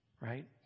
right